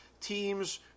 teams